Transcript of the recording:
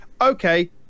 Okay